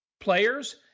players